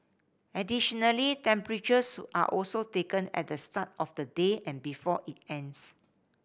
additionally temperatures are also taken at the start of the day and before it ends